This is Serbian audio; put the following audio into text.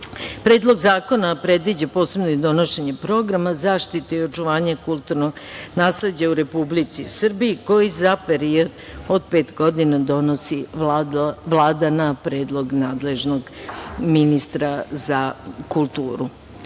baštinu. Predlog zakona predviđa posebno donošenje programa, zaštite i očuvanje kulturnog nasleđa u Republici Srbiji, koji za period od pet godina donosi Vlada na predlog nadležnog ministra za kulturu.U